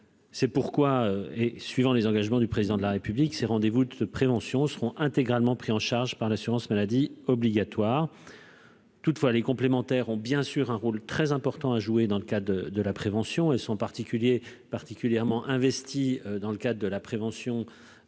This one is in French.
C'est pourquoi, et suivant les engagements du président de la République ses rendez-vous de ce prévention seront intégralement pris en charge par l'assurance maladie obligatoire. Toutefois, les complémentaires ont bien sûr un rôle très important à jouer dans le cas de de la prévention et son particulier particulièrement investi dans le cas de la prévention en